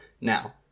now